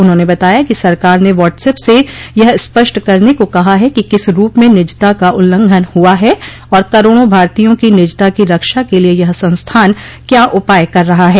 उन्होंने बताया कि सरकार ने व्हाट्स एप से यह स्पष्ट करने को कहा है कि किस रूप में निजता का उल्लंघन हुआ है और करोड़ों भारतीयों की निजता की रक्षा के लिए यह संस्थान क्या उपाय कर रहा है